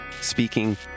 speaking